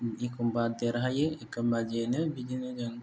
एखनबा देरहायो एखनबा जेनो बिदिनो जों